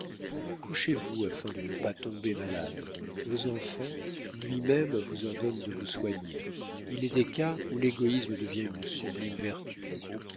couchez-vous afin de ne pas tomber malade vos enfants lui-même vous ordonnent de vous soigner il est des cas où l'égoïsme devient une sublime vertu